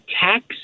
tax